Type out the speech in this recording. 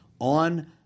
on